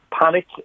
panic